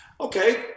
Okay